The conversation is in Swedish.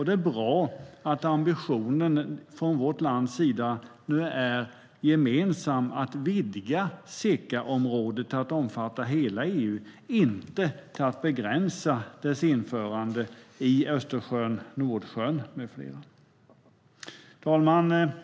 Det är bra att ambitionen från vårt lands sida nu är gemensam att vidga SECA-området till att omfatta hela EU, inte att begränsa dess införande i Östersjön, Nordsjön med flera. Fru talman!